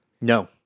No